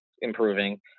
improving